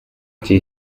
gdzie